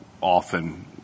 often